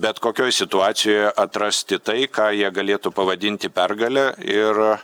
bet kokioj situacijoje atrasti tai ką jie galėtų pavadinti pergale ir